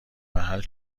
محل